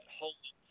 holy